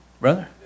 brother